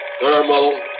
Thermal